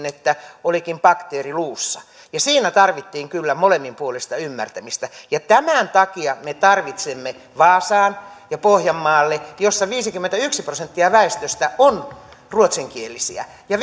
että olikin bakteeri luussa ja siinä tarvittiin kyllä molemminpuolista ymmärtämistä tämän takia me tarvitsemme vaasaan ja pohjanmaalle jossa viisikymmentäyksi prosenttia väestöstä on ruotsinkielisiä ja